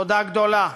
תודה גדולה,